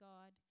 God